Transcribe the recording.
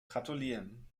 gratulieren